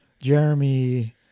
Jeremy